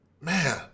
Man